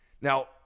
Now